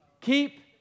Keep